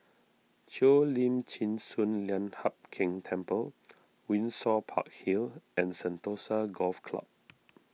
Cheo Lim Chin Sun Lian Hup Keng Temple Windsor Park Hill and Sentosa Golf Club